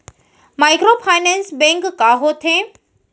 Microfinance bank का होथे?